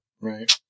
right